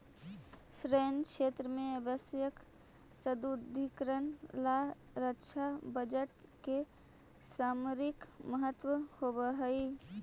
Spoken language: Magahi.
सैन्य क्षेत्र में आवश्यक सुदृढ़ीकरण ला रक्षा बजट के सामरिक महत्व होवऽ हई